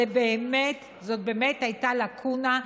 זאת באמת הייתה לקונה,